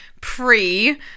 pre